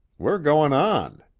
we're goin' on.